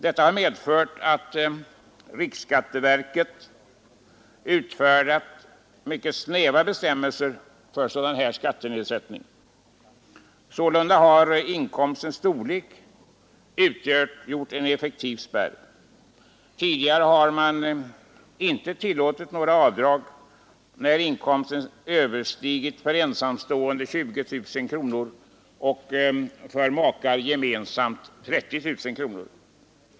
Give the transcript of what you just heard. Detta har medfört att riksskatteverket utfärdat mycket snäva bestämmelser för denna typ av skattenedsättning. Sålunda har inkomstens storlek utgjort en effektiv spärr. Tidigare har man inte tillåtit några avdrag när inkomsten överstiger 20 000 kronor för ensamstående och 30 000 kronor för makar gemensamt.